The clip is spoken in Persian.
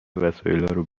وسایلارو